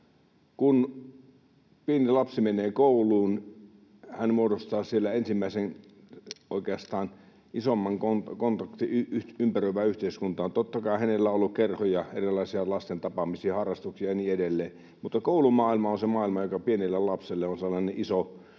Kun pieni lapsi menee kouluun, hän muodostaa siellä oikeastaan ensimmäisen isomman kontaktin ympäröivään yhteiskuntaan. Totta kai hänellä on ollut kerhoja, erilaisia lasten tapaamisia, harrastuksia ja niin edelleen, mutta koulumaailma on se maailma, joka pienelle lapselle on sellainen iso,